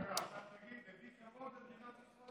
עכשיו תגיד: הביא כבוד למדינת ישראל,